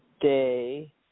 day